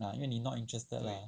ah 因为你 not interested lah